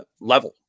level